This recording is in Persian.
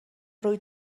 روی